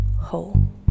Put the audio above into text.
whole